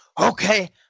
okay